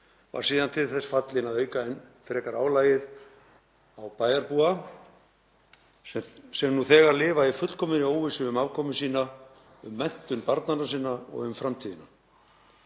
var síðan til þess fallinn að auka enn frekar álagið á bæjarbúa sem nú þegar lifa í fullkominni óvissu um afkomu sína, um menntun barnanna sinna og um framtíðina.